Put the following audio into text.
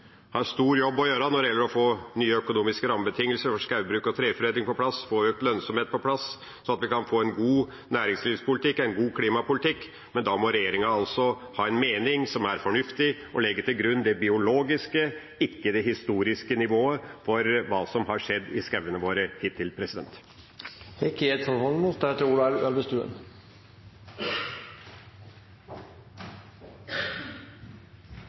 har en stor jobb å gjøre når det gjelder å få nye økonomiske rammebetingelser for skogbruk og treforedling på plass, få økt lønnsomhet på plass, slik at vi kan få en god næringslivspolitikk, en god klimapolitikk, men da må regjeringa ha en mening som er fornuftig og legge til grunn det biologiske, ikke det historiske, nivået for hva som har skjedd i skogene våre hittil.